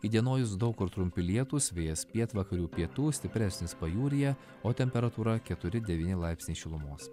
įdienojus daug kur trumpi lietūs vėjas pietvakarių pietų stipresnis pajūryje o temperatūra keturi devyni laipsniai šilumos